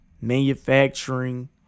manufacturing